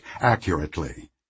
accurately